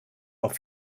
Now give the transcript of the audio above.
auf